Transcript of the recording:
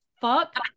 fuck